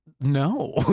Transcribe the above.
No